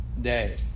day